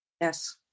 Yes